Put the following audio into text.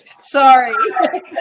Sorry